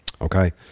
okay